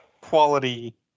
Quality